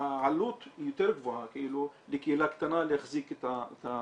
העלות היא יותר גבוהה לקהילה קטנה להחזיק את המקום.